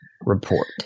report